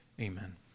amen